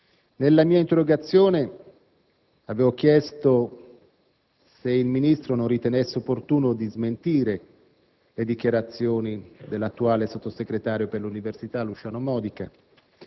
Nella mia interrogazione avevo chiesto se il Ministro non ritenesse opportuno smentire le dichiarazioni dell'attuale sottosegretario per l'università, Luciano Modica.